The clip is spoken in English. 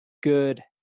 good